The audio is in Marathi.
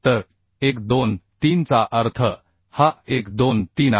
तर 1 2 3 चा अर्थ हा 1 2 3 आहे